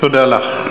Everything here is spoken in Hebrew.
תודה לך.